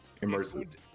Immersive